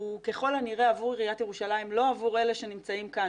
ככל הנראה עבור עיריית ירושלים לא עבור אלה שנמצאים כאן,